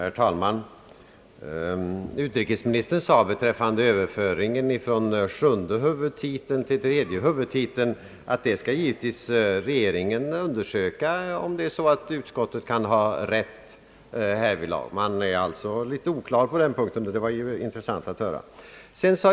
Herr talman! Utrikesministern sade beträffande överföringen från sjunde till tredje huvudtiteln att regeringen givetvis skall undersöka om utskottet kan ha rätt härvidlag. Man har alltså inte riktigt klart för sig hur den saken ligger till, och det var ju intressant att höra.